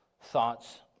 thoughts